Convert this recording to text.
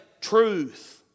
truth